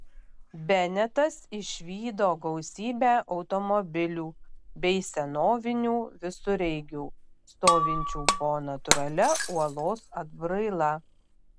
benetas išvydo gausybę automobilių bei senovinių visureigių stovinčių po natūralia uolos atbraila